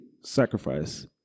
sacrifice